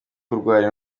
kurwara